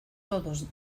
todos